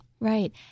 Right